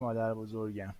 مادربزرگم